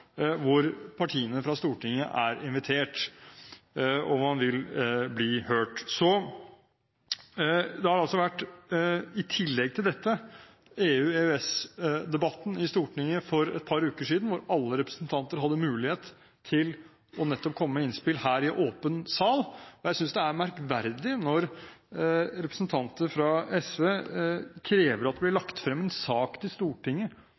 hvor partiene fra Stortinget er invitert, og man vil bli hørt. Så var det i tillegg til dette EU-/EØS-debatten i Stortinget for et par uker siden, hvor alle representanter hadde mulighet til nettopp å komme med innspill her i åpen sal. Jeg synes det er merkverdig når representanter fra SV krever at det blir lagt frem en sak for Stortinget